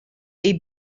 est